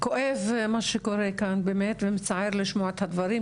כואב מה שקורה כאן ומצער לשמוע את הדברים,